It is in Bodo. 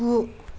गु